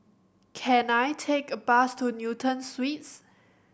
can I take a bus to Newton Suites